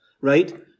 Right